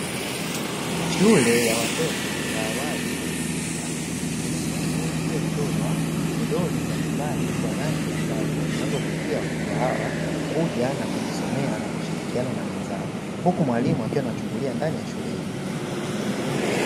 Shule ya watoto ya awali na chekechea yenye jengo lililochorwa midoli mbalimbali kwa rangi angavu zinazovutia watoto hawa kuja na kujisomea na kushirikiana na wenzao, huku mwalimu akiwa anachungulia ndani ya shule hii.